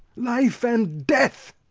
life and death!